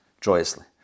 joyously